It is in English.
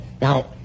Now